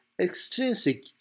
extrinsic